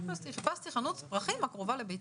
חיפשתי חנות פרחים קרובה לביתי,